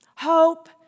Hope